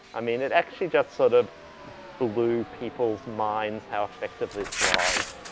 i mean it actually just sort of blew people's minds how effective this was.